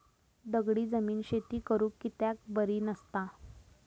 दगडी जमीन शेती करुक कित्याक बरी नसता?